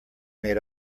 made